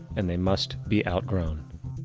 and they must be outgrown.